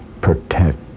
protect